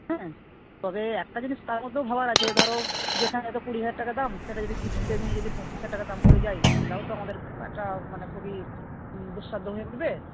হ্যাঁ তবে একটা জিনিস তার মধ্যেও ভাবার আছে ধরো যেখানে কুড়ি হাজার টাকা দাম সেটা যদি কিস্তিতে নিয়ে যদি পঁচিশ হাজার টাকা দাম পড়ে যায় সেটাও তো আমাদের একটা মানে খুবই দুঃসাধ্য হয়ে উঠবে